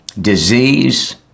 disease